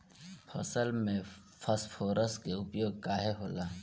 फसल में फास्फोरस के उपयोग काहे होला?